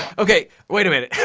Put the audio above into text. okay, wait a minute.